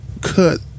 cut